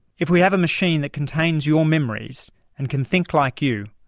if we have a machine that contains your memories and can think like you,